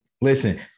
Listen